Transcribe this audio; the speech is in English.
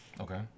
Okay